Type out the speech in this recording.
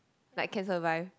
like can survive